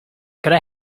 could